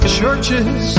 churches